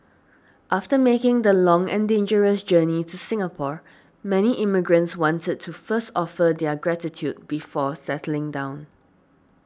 after making the long and dangerous journey to Singapore many immigrants wanted to first offer their gratitude before settling down